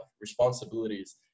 responsibilities